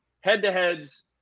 Head-to-heads